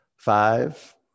Five